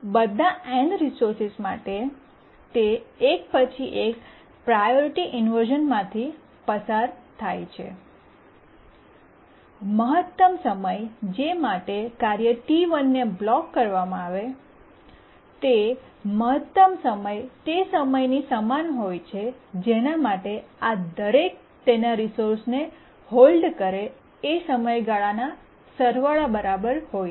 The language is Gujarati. બધા n રિસોર્સ માટે તે એક પછી એક પ્રાયોરિટી ઇન્વર્શ઼ન માંથી પસાર થાય છે મહત્તમ સમય જે માટે કાર્ય T1 ને બ્લોક કરવામાં આવે તે મહત્તમ સમય તે સમયની સમાન હોય છે જેના માટે આ દરેક તેના રિસોર્સને હોલ્ડ કરે એ સમયગાળાના સરવાળા બરાબર હોય છે